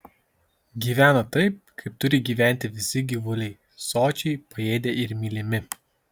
gyvena taip kaip turi gyventi visi gyvuliai sočiai paėdę ir mylimi